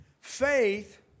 faith